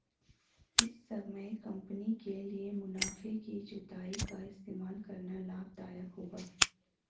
इस समय कंपनी के लिए मुनाफे की जुताई का इस्तेमाल करना लाभ दायक होगा